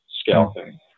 scalping